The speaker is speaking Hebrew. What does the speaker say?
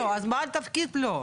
בעל תפקיד לא.